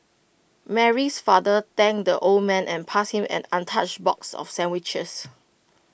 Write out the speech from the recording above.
Mary's father thanked the old man and passed him an untouched box of sandwiches